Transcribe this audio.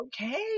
okay